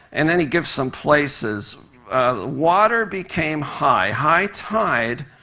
and then he gives some places water became high high tide,